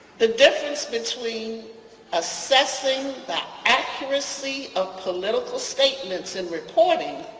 the difference between assessing that accuracy of political statements in reporting